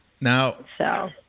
Now